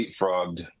leapfrogged